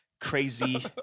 crazy